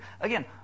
Again